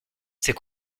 c’est